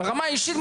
ברמה האישית,